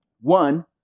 one